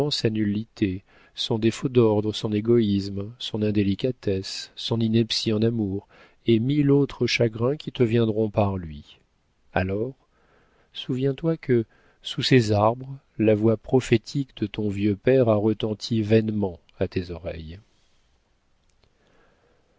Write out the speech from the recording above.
sa nullité son défaut d'ordre son égoïsme son indélicatesse son ineptie en amour et mille autres chagrins qui te viendront par lui alors souviens-toi que sous ces arbres la voix prophétique de ton vieux père a retenti vainement à tes oreilles